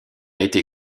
été